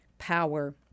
power